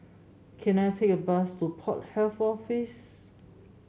can I take a bus to Port Health Office